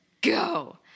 go